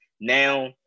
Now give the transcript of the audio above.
now